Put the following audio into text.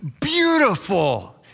beautiful